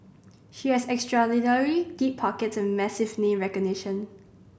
she has extraordinarily deep pockets and massive name recognition